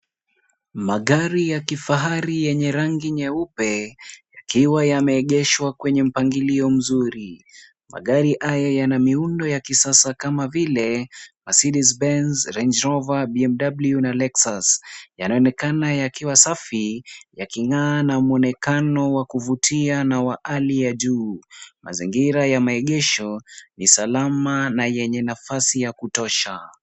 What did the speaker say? Magari ya kifahari yenye rangi nyeupe yakiwa yameegeshwa kwenye mpangilio mzuri. Magari haya yana miundo ya kisasa kama vile Mercedes Benz, Range Rover, BMW na Lexus. Yanaonekana yakiwa safi , yaking'aa na mwonekano wa kuvutia na ya hali ya juu. Mazingira ya maegesho ni salama na yenye nafasi ya kutosha.